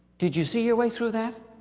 did you see your way through that?